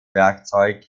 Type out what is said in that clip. werkzeug